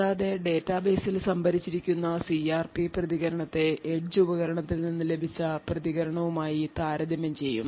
കൂടാതെ ഡാറ്റാബേസിൽ സംഭരിച്ചിരിക്കുന്ന സിആർപി പ്രതികരണത്തെ എഡ്ജ് ഉപകരണത്തിൽ നിന്ന് ലഭിച്ച പ്രതികരണവുമായി താരതമ്യം ചെയ്യും